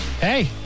Hey